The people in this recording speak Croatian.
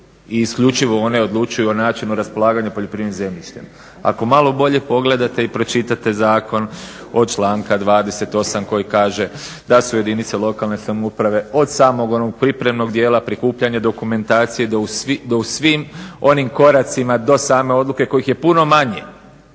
i isključivo one odlučuju o načinu raspolaganja poljoprivrednim zemljištem. Ako malo bolje pogledate i pročitate zakon od članka 28. koji kaže da su jedinice lokalne samouprave od samog onog pripremnog dijela prikupljanja dokumentacije do u svim onim koracima do same odluke kojih je puno manje